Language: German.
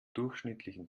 durchschnittlichen